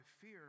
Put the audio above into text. fear